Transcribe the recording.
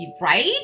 Right